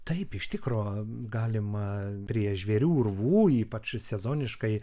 taip iš tikro galima prie žvėrių urvų ypač sezoniškai